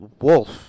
wolf